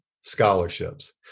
scholarships